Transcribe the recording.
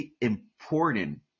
important